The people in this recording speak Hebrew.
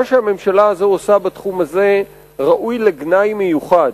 מה שהממשלה הזו עושה בתחום הזה, ראוי לגנאי מיוחד.